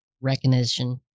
recognition